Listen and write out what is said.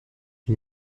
une